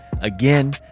Again